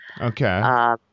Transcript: Okay